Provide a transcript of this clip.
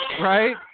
right